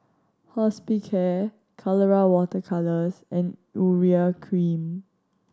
Hospicare Colora Water Colours and Urea Cream